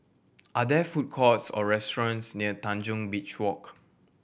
are there food courts or restaurants near Tanjong Beach Walk